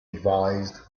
advised